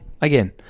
again